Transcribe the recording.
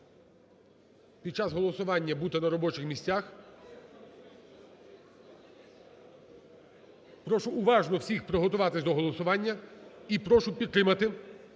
під час голосування бути на робочих місцях. Прошу уважно всіх приготуватися до голосування. І прошу підтримати